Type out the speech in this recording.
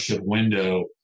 window